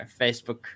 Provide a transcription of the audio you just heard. Facebook